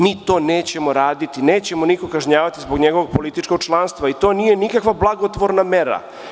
Mi to nećemo raditi, nećemo nikoga kažnjavati zbog njegovog političkog članstva i to nije nikakva blagotvorna mera.